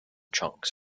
chunks